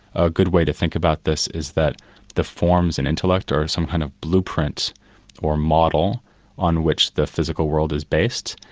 a good way to think about this is that the forms in intellect are some kind of blueprint or model on which the physical world is based,